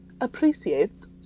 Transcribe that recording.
Appreciates